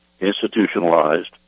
institutionalized